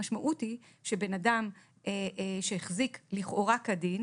המשמעות היא שבן אדם שהחזיק לכאורה כדין